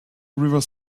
river